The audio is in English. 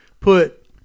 put